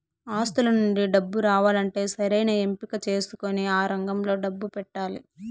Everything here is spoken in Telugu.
ఆస్తుల నుండి డబ్బు రావాలంటే సరైన ఎంపిక చేసుకొని ఆ రంగంలో డబ్బు పెట్టాలి